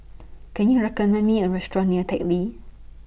Can YOU recommend Me A Restaurant near Teck Lee